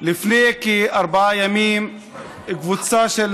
לפני כארבעה ימים קבוצה,